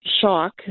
shock